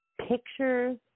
pictures